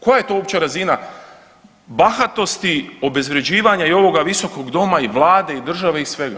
Koja je to uopće razina bahatosti, obezvrjeđivanja i ovoga Visokog doma i Vlade i države i svega.